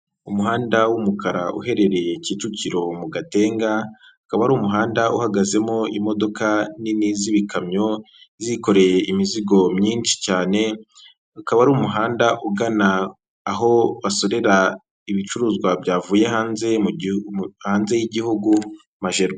Umuhanda w'umukara uherereye Kicukiro mu Gatenga, akaba ari umuhanda uhagazemo imodoka nini z'ibikamyo zikoreye imizigo myinshi cyane, ukaba ari umuhanda ugana aho basorera ibicuruzwa byavuye hanze y'igihugu majerwa.